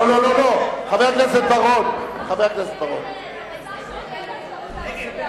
החלטת ועדת הכספים בדבר אישור הוראות בצו תעריף המכס